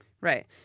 Right